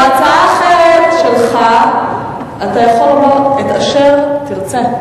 בהצעה אחרת שלך אתה יכול לומר את אשר תרצה.